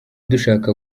dushaka